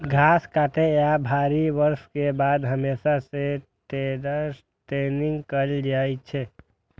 घास काटै या भारी बर्षा के बाद हमेशा हे टेडर टेडिंग कैल जाइ छै